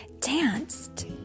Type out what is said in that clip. danced